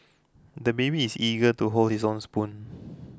the baby is eager to hold his own spoon